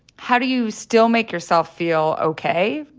how do you still make yourself feel ok,